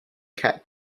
cat